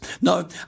No